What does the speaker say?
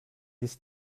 this